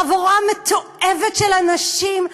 חבורה מתועבת של אנשים,